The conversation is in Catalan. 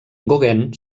gauguin